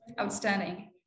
outstanding